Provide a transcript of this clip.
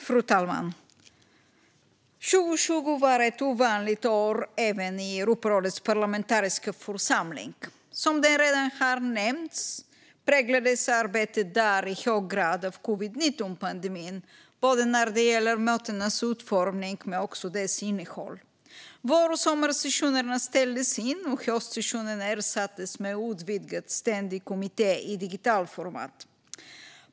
Fru talman! År 2020 var ett ovanligt år även i Europarådets parlamentariska församling. Som redan har nämnts präglades arbetet i hög grad av covid-19-pandemin när det gällde mötenas utformning och deras innehåll. Vår och sommarsessionerna ställdes in, och höstsessionen ersattes med en utvidgad ständig kommitté i digitalt format.